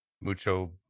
mucho